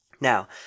Now